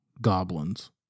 goblins